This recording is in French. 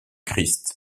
christ